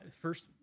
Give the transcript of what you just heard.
first